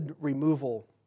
removal